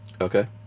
Okay